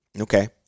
Okay